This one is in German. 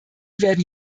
werden